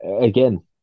again